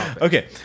okay